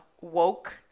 woke